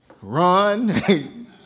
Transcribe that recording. run